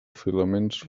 filaments